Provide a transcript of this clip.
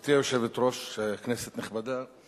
גברתי היושבת-ראש, כנסת נכבדה,